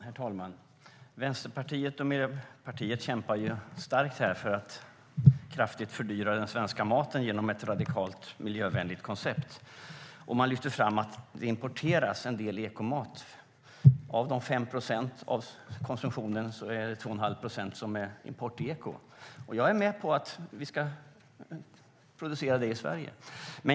Herr talman! Vänsterpartiet och Miljöpartiet kämpar hårt för att kraftigt fördyra den svenska maten genom ett radikalt, miljövänligt koncept. De lyfter fram att det importeras en del ekomat. Av de 5 procent som konsumeras är 2 1⁄2 procent ekoimport. Jag är med på att vi ska producera det i Sverige.